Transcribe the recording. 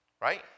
Right